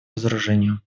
разоружению